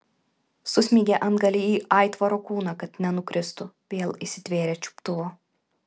susmeigė antgalį į aitvaro kūną kad nenukristų vėl įsitvėrė čiuptuvo